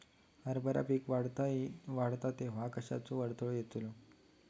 हरभरा पीक वाढता तेव्हा कश्याचो अडथलो येता?